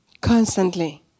constantly